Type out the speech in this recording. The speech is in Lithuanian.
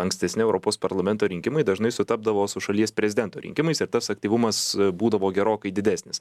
ankstesni europos parlamento rinkimai dažnai sutapdavo su šalies prezidento rinkimais ir tas aktyvumas būdavo gerokai didesnis